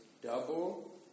double